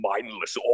mindless